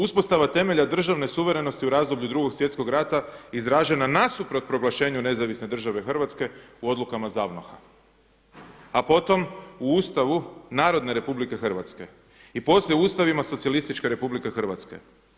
Uspostava temelja državne suverenosti u razdoblju Drugog svjetskog rata izražena nasuprot proglašenju Nezavisne Države Hrvatske u odukama ZAVNOH-a, a potom u Ustavu Narodne Republike Hrvatske i poslije ustavima Socijalističke Republike Hrvatske.